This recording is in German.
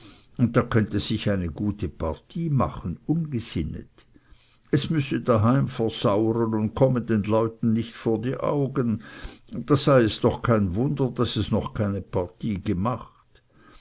und da könnte sich eine gute partie machen ungsinnet es müsse daheim versauren und komme den leuten nicht vor die augen da sei es doch kein wunder daß es noch keine partie gemacht